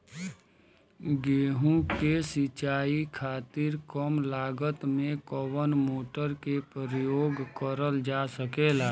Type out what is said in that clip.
गेहूँ के सिचाई खातीर कम लागत मे कवन मोटर के प्रयोग करल जा सकेला?